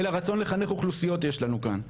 אלא רצון לחנך אוכלוסיות יש לנו כאן.